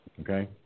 Okay